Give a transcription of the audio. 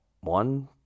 one